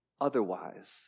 otherwise